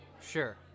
Sure